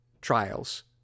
trials